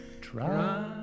Try